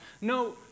No